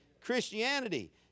Christianity